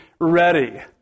ready